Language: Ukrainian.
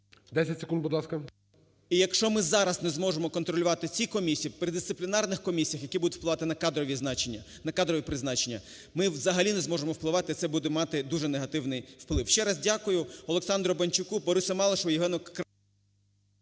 10 секунд, будь ласка. НАЙЄМ М. … і якщо ми зараз не зможемо контролювати ці комісії при дисциплінарних комісіях, які будуть впливати на кадрові значення, на кадрові призначення ми взагалі не зможемо впливати, це буде мати дуже негативний вплив. Ще раз дякую, Олександру Банчуку, Борису Малишеву…